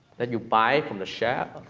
that you buy from the shelf.